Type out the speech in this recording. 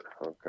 okay